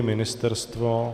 Ministerstvo?